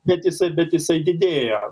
bet jisai bet jisai didėja